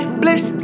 bliss